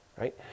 Right